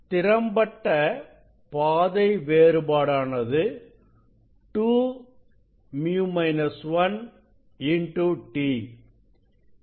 திறம்பட்ட பாதை வேறுபாடானது 2µ 1t